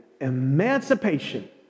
emancipation